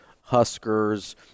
Huskers –